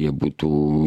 jie būtų